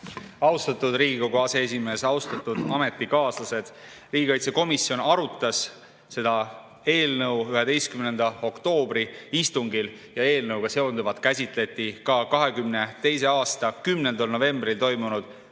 Austatud Riigikogu aseesimees! Austatud ametikaaslased! Riigikaitsekomisjon arutas seda eelnõu 11. oktoobri istungil ja eelnõuga seonduvat käsitleti ka 2022. aasta 10. novembril toimunud